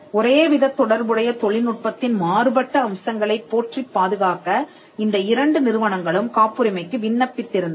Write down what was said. ஒரேவிதத் தொடர்புடைய தொழில்நுட்பத்தின் மாறுபட்ட அம்சங்களைப் போற்றிப் பாதுகாக்க இந்த இரண்டு நிறுவனங்களும் காப்புரிமைக்கு விண்ணப்பித்திருந்தன